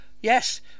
Yes